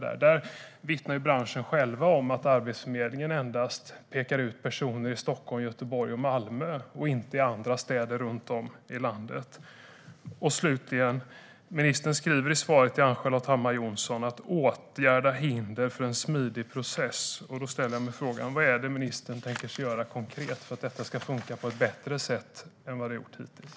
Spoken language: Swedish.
Branschen vittnar själv om att Arbetsförmedlingen endast pekar ut personer i Stockholm, Göteborg och Malmö och inte i andra städer runt om i landet. Slutligen: Ministern skriver i svaret till Ann-Charlotte Hammar Johnsson att det handlar om att åtgärda hinder för en smidig process. Då ställer jag mig frågan: Vad är det ministern tänker sig att göra konkret för att detta ska funka på ett bättre sätt än det har gjort hittills?